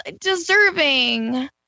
deserving